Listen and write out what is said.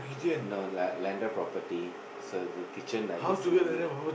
no like landed property so the kitchen like is in the middle